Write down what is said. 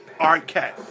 Arquette